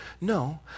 No